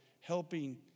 helping